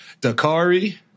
Dakari